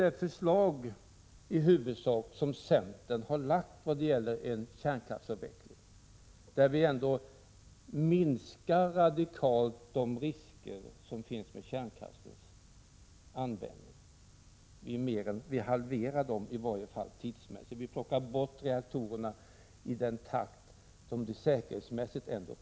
Enligt centerns förslag till kärnkraftsavveckling vill vi radikalt minska riskerna vid kärnkraftsanvändningen -— vi ”halverar” dem i varje fall tidsmässigt. Vi vill stänga reaktorerna i den takt som de säkerhetsmässigt försämras.